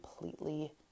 completely